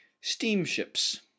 steamships